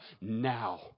now